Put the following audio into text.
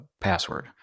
password